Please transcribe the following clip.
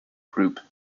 group